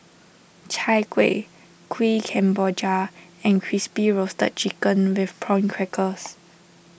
Chai Kueh Kuih Kemboja and Crispy Roasted Chicken with Prawn Crackers